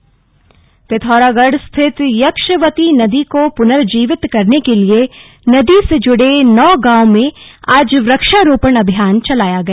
यक्षवती प्नर्जीवीकरण पिथौरागढ़ स्थित यक्षवती नदी को पुनर्जीवित करने के लिए नदी से जुड़े नौ गांवों में आज वृक्षारोपण अभियान चलाया गया